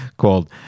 called